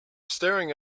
staring